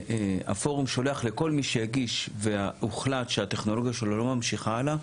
הפורום שולח לכל מי שהגיש והוחלט שהטכנולוגיה שלו לא ממשיכה הלאה,